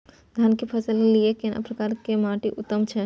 धान की फसल के लिये केना प्रकार के माटी उत्तम छै?